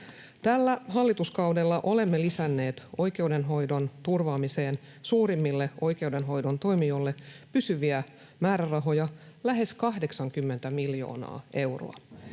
Tällä hallituskaudella olemme lisänneet oikeudenhoidon turvaamiseen suurimmille oikeudenhoidon toimijoille pysyviä määrärahoja lähes 80 miljoonaa euroa.